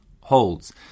holds